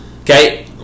okay